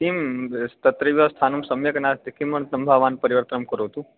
किं तत्रैव स्थानं सम्यक् नास्ति किमर्थं भावान् परिवर्तनं करोति